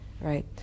right